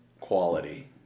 quality